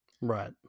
Right